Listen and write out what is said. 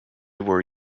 were